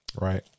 right